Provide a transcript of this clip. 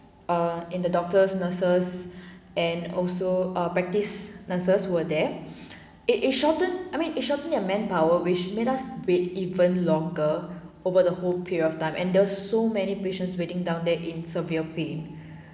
err and the doctors nurses and also ah practice nurses who were there it it shortened I mean it shortened their manpower which made us wait even longer over the whole period of time and there was so many patients waiting down there in severe pain